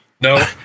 No